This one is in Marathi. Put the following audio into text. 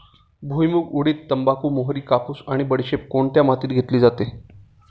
भुईमूग, उडीद, तंबाखू, मोहरी, कापूस आणि बडीशेप कोणत्या मातीत घेतली जाते?